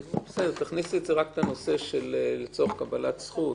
תכניסי את זה רק לצורך קבלת זכות.